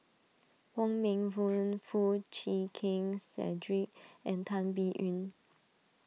Wong Meng Voon Foo Chee Keng Cedric and Tan Biyun